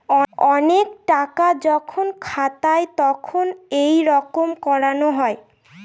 অনেক টাকা যখন খাতায় তখন এইরকম করানো হয়